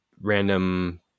random